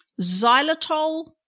xylitol